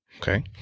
Okay